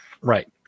Right